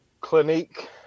Clinique